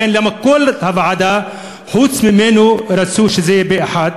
כי כל הוועדה חוץ ממנו רצו שזה יהיה פה-אחד,